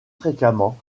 fréquemment